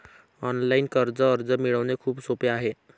online कर्ज अर्ज मिळवणे खूप सोपे आहे